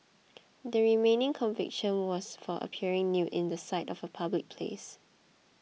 the remaining conviction was for appearing nude in sight of a public place